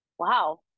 Wow